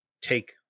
take